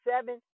seven